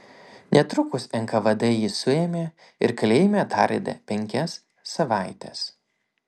netrukus nkvd jį suėmė ir kalėjime tardė penkias savaites